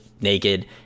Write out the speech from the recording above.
naked